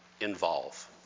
involve